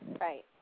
Right